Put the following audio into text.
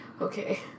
Okay